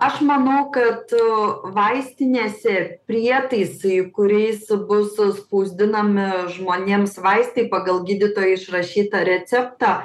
aš manau kad tu vaistinėse prietaisai kuriais bus spausdinami žmonėms vaistai pagal gydytojo išrašytą receptą